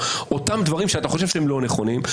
אותם דברים שאתה חושב שהם לא נכונים,